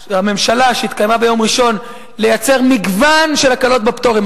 של הממשלה ביום ראשון לייצר מגוון של הקלות בפטורים.